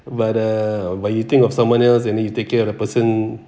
but uh but you think of someone else and then you take care of the person